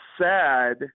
sad